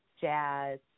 jazz